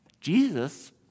Jesus